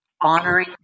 honoring